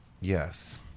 Yes